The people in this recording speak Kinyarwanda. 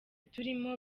turimo